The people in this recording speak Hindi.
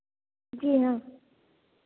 जी हाँ